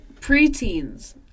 preteens